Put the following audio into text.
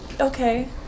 okay